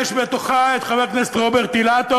ויש בתוכה את חבר הכנסת רוברט אילטוב,